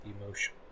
emotion